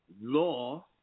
law